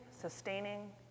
sustaining